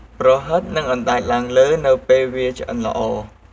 ប្រហិតនឹងអណ្តែតឡើងលើនៅពេលវាឆ្អិនល្អ។